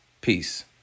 Peace